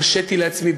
הרשיתי לעצמי,